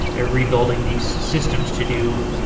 they're rebuilding these systems to do.